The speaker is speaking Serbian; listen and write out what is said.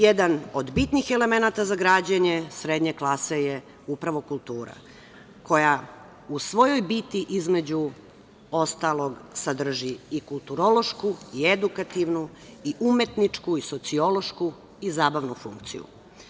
Jedan od bitnih elemenata za građenje srednje klase je upravo kultura koja u svojoj biti, između ostalog, sadrži i kulturološku, i edukativnu, i umetničku, i sociološku, i zabavnu funkciju.